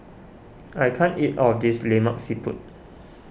I can't eat all of this Lemak Siput